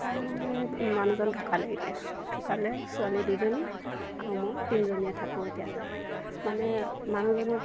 তাৰ মানে মানুহজন ধোকালে এতিয়া ঢুকালে ছোৱালী দুজনী আৰু মই তিনিজনীয়েই থাকোঁ এতিয়া মানে মানুহজনক